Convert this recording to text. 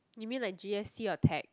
you mean like g_s_t or tag